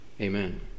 Amen